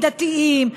מדתיים,